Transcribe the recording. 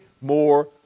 more